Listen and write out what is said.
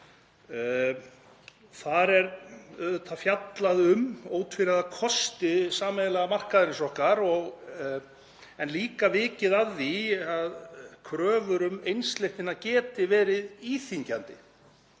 Þar er fjallað um ótvíræða kosti sameiginlega markaðarins okkar en líka vikið að því að kröfur um einsleitni geti verið íþyngjandi.